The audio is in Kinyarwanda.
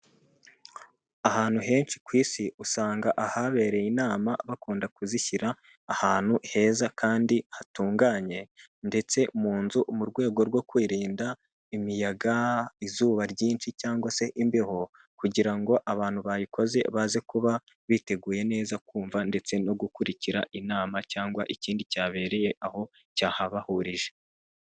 Ahantu henshi ku isi usanga ahabereye inama bakunda kuzishyira ahantu heza kandi hatunganye ndetse mu nzu mu rwego rwo kwirinda imiyaga, izuba ryinshi, cyangwa se imbeho, kugira ngo abantu bayikoze baze kuba biteguye neza kumva ndetse no gukurikira inama cyangwa ikindi cyabereye aho cyahabahurije.